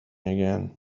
again